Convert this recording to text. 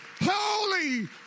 holy